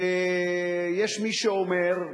יש מי שאומר,